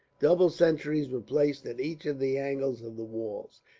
double sentries were placed at each of the angles of the walls.